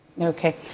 Okay